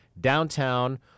downtown